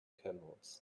camels